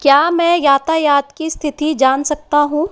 क्या मैं यातायात की स्थिति जान सकता हूँ